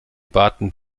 baten